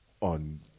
on